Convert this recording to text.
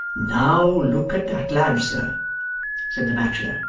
now, look at that lad, sir said the bachelor.